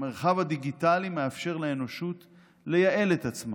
המרחב הדיגיטלי מאפשר לאנושות לייעל את עצמה,